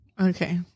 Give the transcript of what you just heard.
Okay